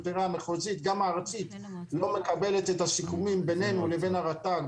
גם הארצית לא מקבלת את הסיכומים בינינו לבין הרט"ג.